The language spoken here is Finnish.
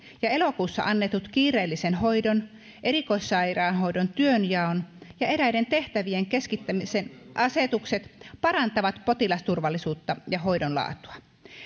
ja elokuussa annetut kiireellisen hoidon erikoissairaanhoidon työnjaon ja eräiden tehtävien keskittämisen asetukset parantavat potilasturvallisuutta ja hoidon laatua